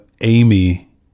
amy